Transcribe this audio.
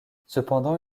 cependant